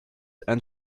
and